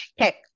Okay